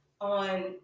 on